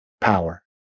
power